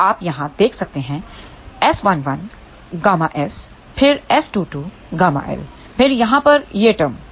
तो आप यहाँ देख सकते हैं S11 ƬS फिर S22ƬL फिर यहाँ पर यह टर्म